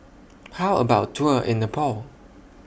How about A Tour in Nepal